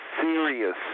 serious